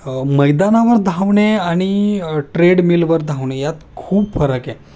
मैदानावर धावणे आणि ट्रेड मिलवर धावणे यात खूप फरक आहे